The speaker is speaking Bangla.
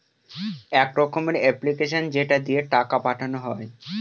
এক রকমের এপ্লিকেশান যেটা দিয়ে টাকা পাঠানো হয়